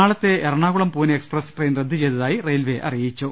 നാളത്തെ Ernakulam Pune express train റദ്ദ് ചെയ്തതായി റെയിൽവേ അറിയിച്ചു